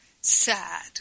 sad